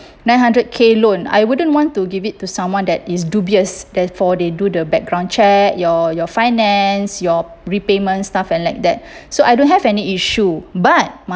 nine hundred K loan I wouldn't want to give it to someone that is dubious therefore they do the background check your your finance your repayment stuff and like that so I don't have any issue but